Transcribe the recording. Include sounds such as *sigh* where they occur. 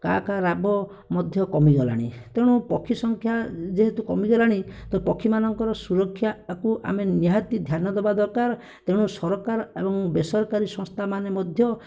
କା କା ରାବ ମଧ୍ୟ କମିଗଲାଣି ତେଣୁ ପକ୍ଷୀ ସଂଖ୍ୟା ଯେହେତୁ କମିଗଲାଣି ତ ପକ୍ଷୀମାନଙ୍କର ସୁରକ୍ଷାକୁ *unintelligible* ଆମେ ନିହାତି ଧ୍ୟାନ ଦେବା ଦରକାର ତେଣୁ ସରକାର ଏବଂ ବେସରକାର ସଂସ୍ଥାମାନେ ମଧ୍ୟ